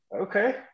Okay